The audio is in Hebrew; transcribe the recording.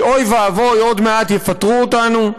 כי אוי ואבוי, עוד מעט יפטרו אותנו.